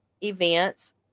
Events